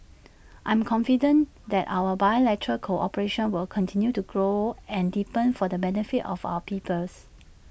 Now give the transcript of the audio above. I am confident that our bilateral cooperation will continue to grow and deepen for the benefit of our peoples